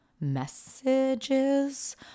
messages